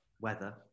Weather